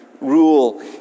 rule